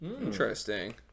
Interesting